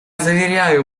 заверяю